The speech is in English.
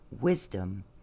Wisdom